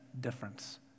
difference